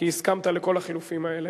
כי הסכמת לכל החילופים האלה.